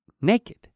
Naked